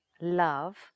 love